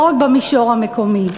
לא רק במישור המקומי.